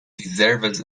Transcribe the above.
deserves